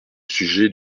sujet